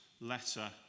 letter